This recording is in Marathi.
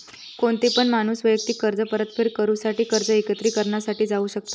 कोणतो पण माणूस वैयक्तिक कर्ज परतफेड करूसाठी कर्ज एकत्रिकरणा साठी जाऊ शकता